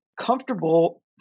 comfortable